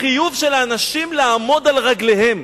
בחיוב של האנשים לעמוד על רגליהם.